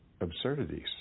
absurdities